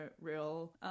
real